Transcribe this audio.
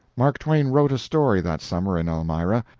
mark twain wrote a story that summer in elmira,